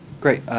great.